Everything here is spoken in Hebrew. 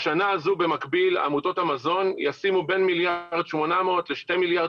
בשנה הזאת במקביל עמותות המזון ישימו בין 1.8 מיליארד